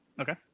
Okay